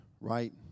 right